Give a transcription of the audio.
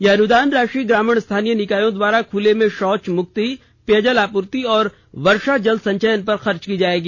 यह अनुदान राशि ग्रामीण स्थानीय निकायों द्वारा खुले में शौच मुक्ति पेयजल आपूर्ति और वर्षा जल संचयन पर खर्च की जायेगी